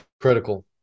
critical